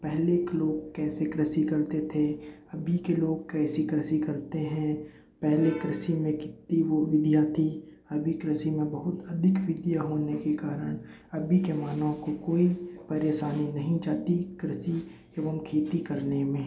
पहली के लोग कैसे कृषि करते थे अभी के लोग कैसी कृषि करते हैं पहले कृषि में कितनी वह विधियाँ थी अभी कृषि में बहुत अधिक विधियाँ होने के कारण अभी के मानव को कोई परेशानी नहीं जाती कृषि एवं खेती करने में